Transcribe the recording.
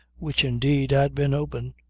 which indeed had been open.